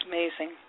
Amazing